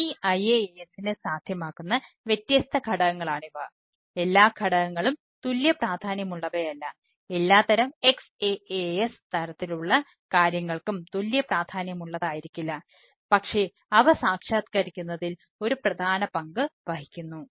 അതിനാൽ ഈ IaaS നെ സാധ്യമാക്കുന്ന വ്യത്യസ്ത ഘടകങ്ങളാണിവ എല്ലാ ഘടകങ്ങളും തുല്യപ്രാധാന്യമുള്ളവയല്ല എല്ലാത്തരം XaaS തരത്തിലുള്ള കാര്യങ്ങൾക്കും തുല്യപ്രാധാന്യമുള്ളതായിരിക്കില്ല പക്ഷേ അവ സാക്ഷാത്കരിക്കുന്നതിൽ ഒരു പ്രധാന പങ്ക് വഹിക്കുന്നു